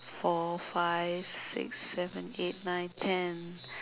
four five six seven eight nine ten